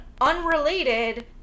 unrelated